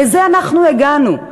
לזה אנחנו הגענו.